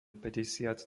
päťdesiat